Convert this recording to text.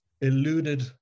eluded